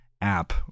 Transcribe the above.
app